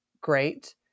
great